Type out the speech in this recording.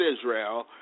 Israel